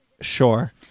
sure